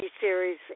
Series